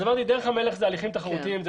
אז אמרתי שדרך המלך זה הליכים תחרותיים.